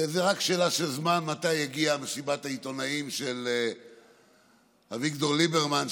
זו רק שאלה של זמן מתי תגיע מסיבת העיתונאים של אביגדור ליברמן,